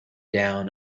down